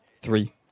Three